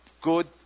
good